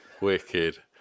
Wicked